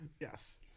Yes